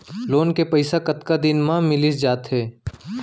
Loan के पइसा कतका दिन मा मिलिस जाथे?